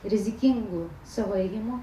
rizikingų savo ėjimų